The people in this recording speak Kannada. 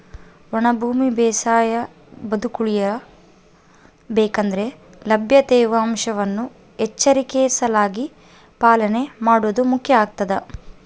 ಒಣ ಭೂಮಿ ಬೇಸಾಯ ಬದುಕುಳಿಯ ಬೇಕಂದ್ರೆ ಲಭ್ಯ ತೇವಾಂಶವನ್ನು ಎಚ್ಚರಿಕೆಲಾಸಿ ಪಾಲನೆ ಮಾಡೋದು ಮುಖ್ಯ ಆಗ್ತದ